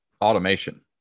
automation